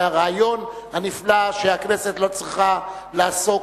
והרעיון הנפלא שהכנסת לא צריכה לעסוק